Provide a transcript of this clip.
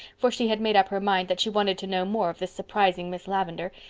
for she had made up her mind that she wanted to know more of this surprising miss lavendar,